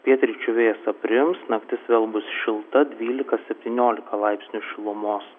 pietryčių vėjas aprims naktis vėl bus šilta dvylika septyniolika laipsnių šilumos